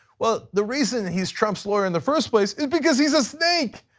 well, the reason he is trump's lawyer in the first place is because he's a snake,